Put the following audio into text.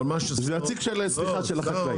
סליחה, נציג של החקלאים.